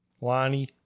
Lonnie